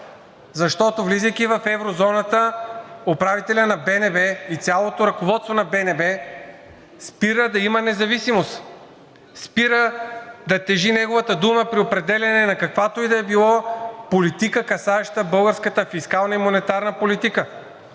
защото, влизайки в еврозоната, управителят на БНБ и цялото ръководство на БНБ спира да има независимост, спира да тежи неговата дума при определяне на каквато и да било политика, касаеща българската фискална и монетарна политика.